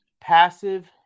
passive